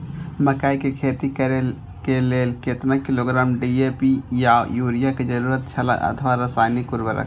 मकैय के खेती करे के लेल केतना किलोग्राम डी.ए.पी या युरिया के जरूरत छला अथवा रसायनिक उर्वरक?